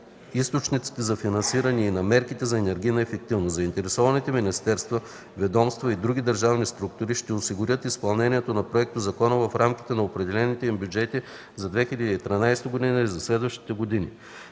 източниците за финансиране и на мерките за енергийна ефективност. Заинтересованите министерства, ведомства и други държавни структури ще осигурят изпълнението на законопроекта в рамките на определените им бюджети за 2013 г. и за следващи години.